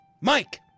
Mike